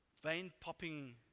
vein-popping